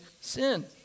sin